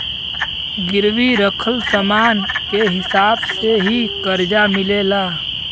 गिरवी रखल समान के हिसाब से ही करजा मिलेला